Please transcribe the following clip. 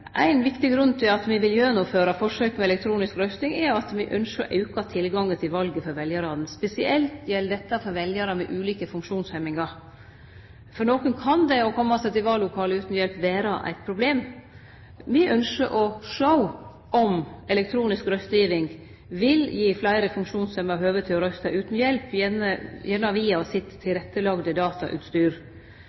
Ein viktig grunn til at me vil gjennomføre forsøk med elektronisk røysting, er at me ynskjer å auke tilgangen til valet for veljarane. Spesielt gjeld dette for veljarar med ulike funksjonshemmingar. For nokre kan det å kome seg til vallokalet utan hjelp vere eit problem. Me ynskjer å sjå om elektronisk røystegiving vil gi fleire funksjonshemma høve til å røysta utan hjelp, gjerne via sitt tilrettelagte datautstyr.